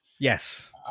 Yes